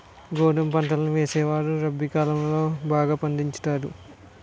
గోధుమ పంటలను వేసేవారు రబి కాలం లో బాగా పండించుతారు